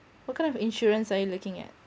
what kind of insurance are you looking at